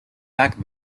back